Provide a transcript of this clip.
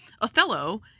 Othello